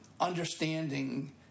understanding